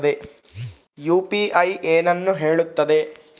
UPI ಏನನ್ನು ಹೇಳುತ್ತದೆ?